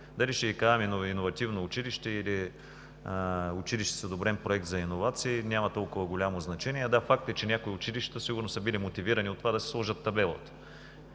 дали ще го казваме „иновативно училище“, или „училище с одобрен проект за иновации“ няма толкова голямо значение. Да, факт е, че някои училища сигурно са били мотивирани от това да си сложат табелата.